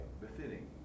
befitting